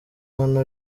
hano